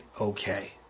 okay